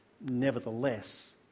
Nevertheless